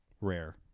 Rare